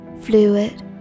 fluid